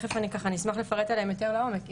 אשמח לפרט עליהם יותר לעומק.